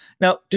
Now